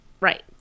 Right